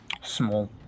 small